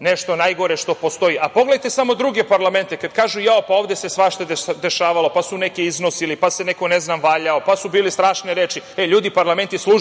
nešto najgore što postoji. A pogledajte samo druge parlamente! Kažu da se ovde svašta dešavalo, pa su neke iznosili, pa se neko valjao, pa su bile strašne reči. Ljudi, parlament i služi